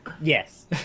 Yes